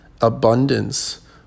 abundance